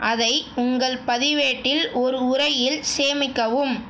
அதை உங்கள் பதிவேட்டில் ஒரு உறையில் சேமிக்கவும்